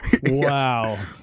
wow